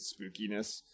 spookiness